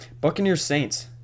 Buccaneers-Saints